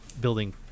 building